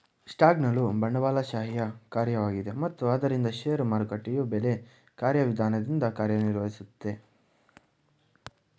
ಸ್ಟಾಕ್ಗಳು ಬಂಡವಾಳಶಾಹಿಯ ಕಾರ್ಯವಾಗಿದೆ ಮತ್ತು ಆದ್ದರಿಂದ ಷೇರು ಮಾರುಕಟ್ಟೆಯು ಬೆಲೆ ಕಾರ್ಯವಿಧಾನದಿಂದ ಕಾರ್ಯನಿರ್ವಹಿಸುತ್ತೆ